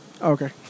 Okay